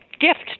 gift